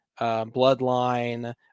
Bloodline